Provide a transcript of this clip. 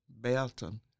Belton